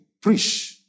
preach